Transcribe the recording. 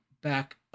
back